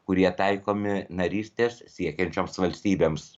kurie taikomi narystės siekiančioms valstybėms